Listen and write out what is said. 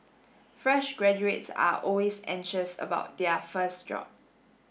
fresh graduates are always anxious about their first job